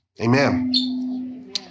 Amen